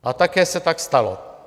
A také se tak stalo.